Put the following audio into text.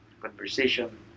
conversation